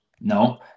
no